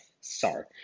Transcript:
sorry